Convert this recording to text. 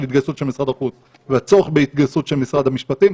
התגייסות משרד החוץ והצורך בהתגייסות של משרד המשפטים.